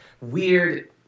weird